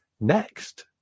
next